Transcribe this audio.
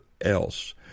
else